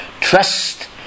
Trust